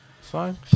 Fine